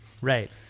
Right